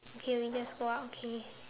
okay we just go out okay